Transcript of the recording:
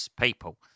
people